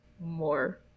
more